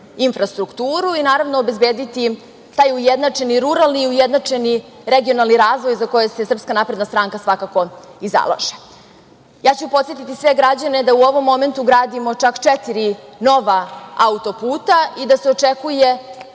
infrastrukturu i naravno obezbediti taj ujednačeni ruralni i ujednačeni regionalni razvoj za koji se SNS svakako zalaže. Podsetiću sve građane da u ovom momentu gradimo čak četiri nova autoputa i da se očekuje